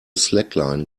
slackline